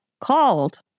called